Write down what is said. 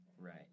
Right